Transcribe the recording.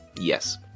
Yes